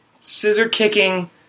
scissor-kicking